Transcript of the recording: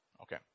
Okay